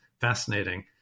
fascinating